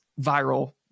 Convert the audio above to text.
viral